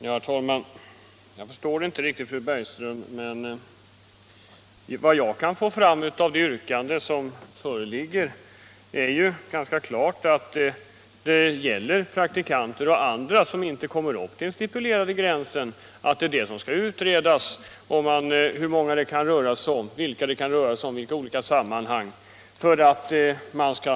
Herr talman! Jag förstår inte riktigt fröken Bergström. Det är ju ganska klart att det yrkande som föreligger gäller praktikanter och andra som inte kommer upp till den stipulerade gränsen. Det som skall utredas är hur många det kan röra sig om, vilka det kan vara och vilka olika sammanhang som kan vara aktuella.